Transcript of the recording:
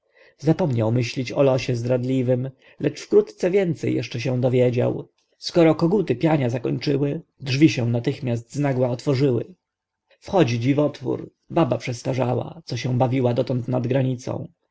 zapomniał myślić o losie zdradliwym lecz wkrótce więcej jeszcze się dowiedział skoro koguty piania zakończyły drzwi się natychmiast znagła otworzyły wchodzi dziwotwór baba przestarzała co się bawiła dotąd nad granicą